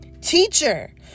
Teacher